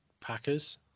Packers